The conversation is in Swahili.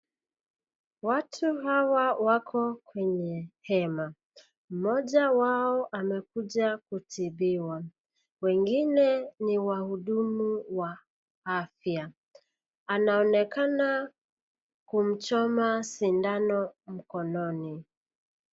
Watu hawa wako kweney hema. Mmoja wao amekuja kutibiwa. Wengine ni wahudumu wa afya. Anaonekana kumchoma sindano mkononi.